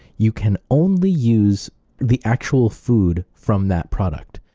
you can only use the actual food from that product.